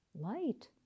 light